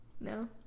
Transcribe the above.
no